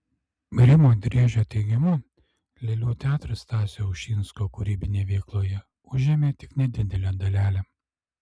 rimo driežio teigimu lėlių teatras stasio ušinsko kūrybinėje veikloje užėmė tik nedidelę dalelę